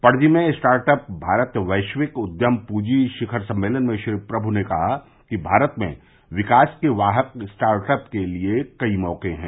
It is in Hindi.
पणजी में स्टार्टअप भारत वैशिवक उद्यम पूंजी शिखर सम्मेलन में श्री प्रम् ने कहा कि भारत में विकास के वाहक स्टार्टअप के लिए कई मौके हैं